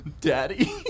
Daddy